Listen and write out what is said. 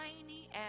tiny